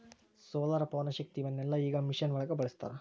solar, ಪವನಶಕ್ತಿ ಇವನ್ನೆಲ್ಲಾ ಈಗ ಮಿಷನ್ ಒಳಗ ಬಳಸತಾರ